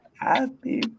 Happy